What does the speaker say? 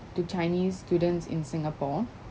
to chinese students in singapore